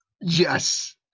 Yes